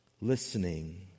listening